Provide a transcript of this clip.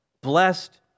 Blessed